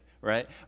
right